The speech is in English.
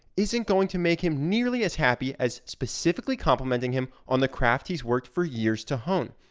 isn't going to make him nearly as happy as specifically complimenting him on the craft he's worked for years to hone.